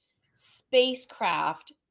spacecraft